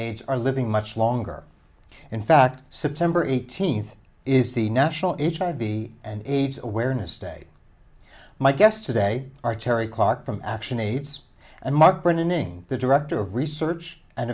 aids are living much longer in fact september eighteenth is the national in child b and aids awareness day my guests today are terri clark from action aids and mark printing the director of research and